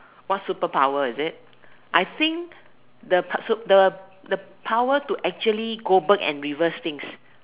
what superpower is it I think the p~ the the power to actually go back and reverse things